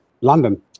London